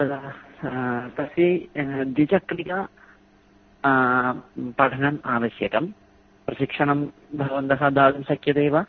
तदा तस्यै द्विचक्रिका पठनम् आवश्यकं प्रशिक्षणं भवन्तः दातुं शक्यन्ते वा